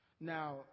now